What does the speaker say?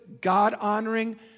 God-honoring